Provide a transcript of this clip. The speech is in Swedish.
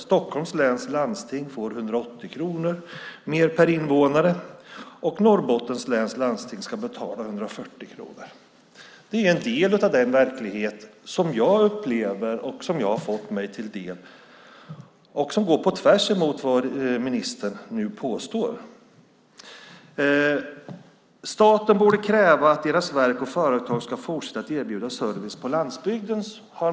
Stockholms läns landsting får 180 kronor mer per invånare och Norrbottens läns landsting ska betala 140 kronor per invånare. Det är en del av den verklighet som jag har fått mig till del och som går på tvärs med vad ministern nu påstår. Ministern har själv sagt att staten borde kräva att deras verk och företag ska fortsätta att erbjuda service på landsbygden.